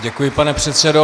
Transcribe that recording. Děkuji, pane předsedo.